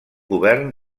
govern